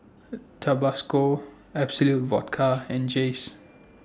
Tabasco Absolut Vodka and Jays